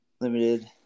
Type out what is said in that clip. Limited